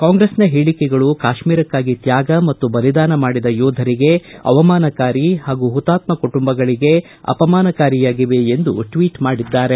ಕಾಂಗ್ರೆಸ್ನ ಹೇಳಕೆಗಳು ಕಾಶ್ಮೀರಕ್ಕಾಗಿ ತ್ಯಾಗ ಮತ್ತು ಬಲಿದಾನ ಮಾಡಿದ ಯೋಧರಿಗೆ ಅವಮಾನಕಾರಿ ಹಾಗೂ ಹುತಾತ್ತ ಕುಟುಂಬಗಳಿಗೆ ಅಪಮಾನಕಾರಿಯಾಗಿವೆ ಎಂದು ಟ್ವಿಟ್ ಮಾಡಿದ್ದಾರೆ